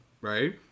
Right